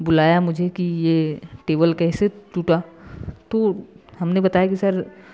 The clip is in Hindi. बुलाया मुझे कि ये टेबल कैसे टूटा तो हमने बताया कि सर